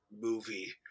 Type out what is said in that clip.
movie